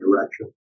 direction